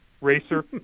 racer